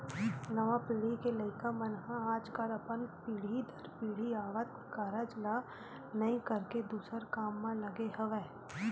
नवा पीढ़ी के लइका मन ह आजकल अपन पीढ़ी दर पीढ़ी आवत कारज ल नइ करके दूसर काम म लगे हवय